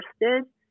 interested